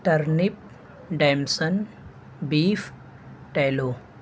turnip ڈیمسن بیف ٹیلو